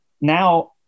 now